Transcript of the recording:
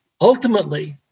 Ultimately